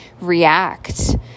react